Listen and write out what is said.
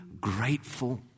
grateful